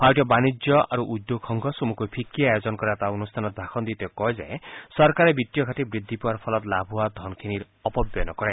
ভাৰতীয় বাণিজ্য আৰু উদ্যোগ সংঘ চমুকৈ ফিৱিয়ে আয়োজন কৰা এটা অনুষ্ঠানত ভাষণ দি তেওঁ কয় যে চৰকাৰে বিত্তীয় ঘাটি বৃদ্ধি পোৱাৰ ফলত লাভ হোৱা ধনখিনিৰ অপব্যয় নকৰে